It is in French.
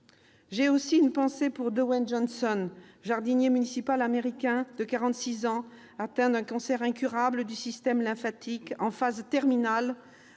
J'ai une pensée pour Dewayne Johnson, jardinier municipal américain de 46 ans, atteint d'un cancer incurable du système lymphatique en phase terminale